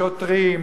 שוטרים,